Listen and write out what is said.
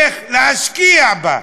איך להשקיע בה,